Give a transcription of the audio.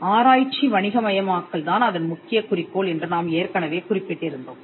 ஆராய்ச்சி வணிகமயமாக்கல் தான் அதன் முக்கியக் குறிக்கோள் என்று நாம் ஏற்கனவே குறிப்பிட்டிருந்தோம்